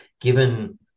given